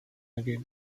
again